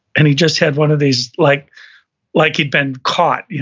and he just had one of these, like like he'd been caught. yeah